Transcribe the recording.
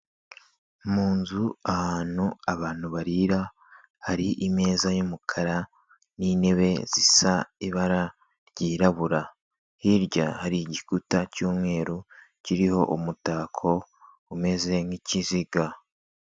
Mu nzu ahantu abantu barira, hari imeza y'umukara n'intebe zisa ibara ryirabura, hirya hari igikuta cy'umweru, kiriho umutako umeze nk'ikiziga.